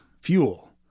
fuel